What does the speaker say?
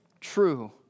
true